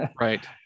Right